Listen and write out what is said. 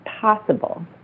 possible